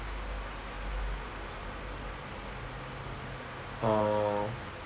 orh